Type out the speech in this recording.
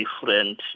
different